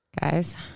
guys